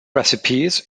recipes